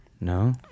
No